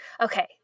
Okay